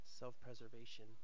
self-preservation